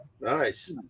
Nice